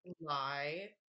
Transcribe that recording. lie